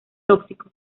tóxico